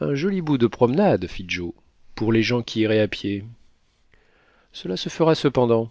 un joli bout de promenade fit joe pour les gens qui iraient à pied cela se fera cependant